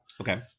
Okay